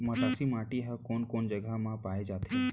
मटासी माटी हा कोन कोन जगह मा पाये जाथे?